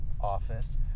office